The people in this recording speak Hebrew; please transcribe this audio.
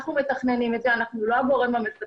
אנחנו מתכננים את זה, אנחנו לא הגורם המפתח.